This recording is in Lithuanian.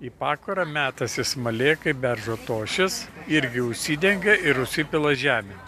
į pakurą metasi smalėkai beržo tošis irgi užsidengia ir užsipila žemėm